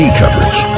coverage